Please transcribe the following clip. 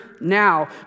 now